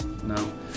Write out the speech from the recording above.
No